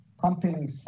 pumping